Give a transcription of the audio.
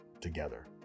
together